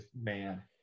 Man